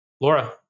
laura